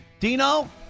Dino